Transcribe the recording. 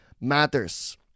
matters